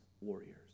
warriors